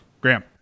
Graham